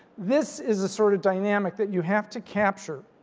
this is a sort of dynamic that you have to capture